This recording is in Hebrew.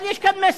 אבל יש כאן מסר.